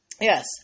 yes